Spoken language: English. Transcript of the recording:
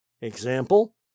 Example